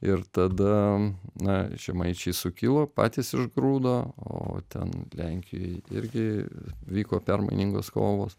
ir tada na žemaičiai sukilo patys išgrūdo o ten lenkijoj irgi vyko permainingos kovos